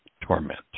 torment